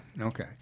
Okay